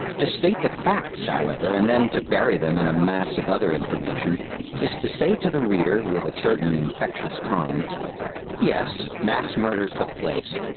to state the facts, however, and then to bury them in a mass of other information is to say to the reader with a certain infectious calm yes, mass murder took place,